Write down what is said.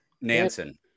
Nansen